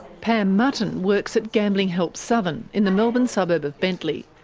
pam mutton works at gambler's help southern, in the melbourne suburb of bentleigh.